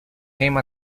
came